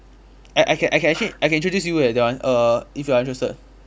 I I can I can actually I can introduce you eh that one err if you are interested